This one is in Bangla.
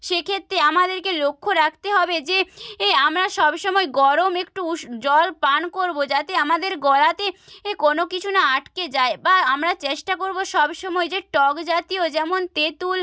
সেক্ষেত্রে আমাদেরকে লক্ষ্য রাখতে হবে যে এ আমরা সব সময় গরম একটু উষ জল পান করবো যাতে আমাদের গলাতে এ কোনো কিছু না আটকে যায় বা আমরা চেষ্টা করবো সব সময় যে টক জাতীয় যেমন তেঁতুল